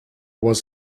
was